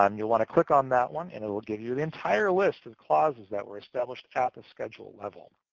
um you'll want to click on that one, and it'll give you the entire list of the clauses that were established at the schedule level.